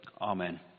Amen